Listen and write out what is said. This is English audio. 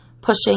pushing